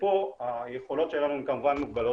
ופה היכולות שלנו הן כמובן מוגבלות,